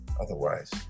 Otherwise